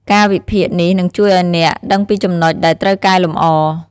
ការវិភាគនេះនឹងជួយឲ្យអ្នកដឹងពីចំណុចដែលត្រូវកែលម្អ។